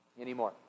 anymore